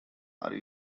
are